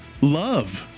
love